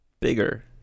bigger